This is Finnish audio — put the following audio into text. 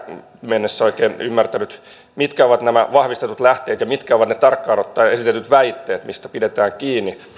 mennessä oikein ymmärtänyt mitkä ovat nämä vahvistetut lähteet ja mitkä ovat tarkkaan ottaen ne esitetyt väitteet mistä pidetään kiinni